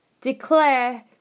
declare